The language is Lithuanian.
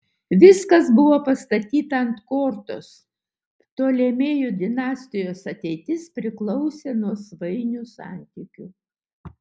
viskas buvo pastatyta ant kortos ptolemėjų dinastijos ateitis priklausė nuo svainių santykių